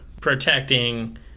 protecting